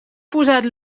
posat